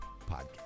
podcast